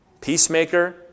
peacemaker